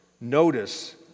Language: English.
notice